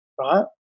right